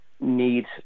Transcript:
need